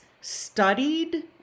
studied